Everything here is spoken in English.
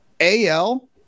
AL